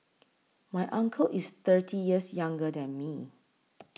my uncle is thirty years younger than me